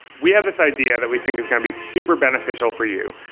we have this idea that we think is going to be super beneficial for you.